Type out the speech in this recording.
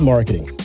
Marketing